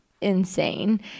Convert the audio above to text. insane